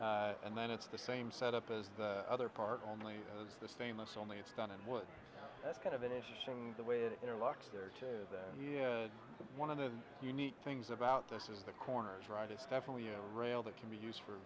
and then it's the same set up as the other part only the famous only it's done and what kind of initial showing the way it looks there to here one of the unique things about this is the corners right it's definitely a rail that can be used for